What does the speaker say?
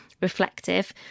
reflective